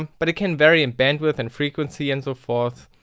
but it can vary in bandwith and frequency and so forth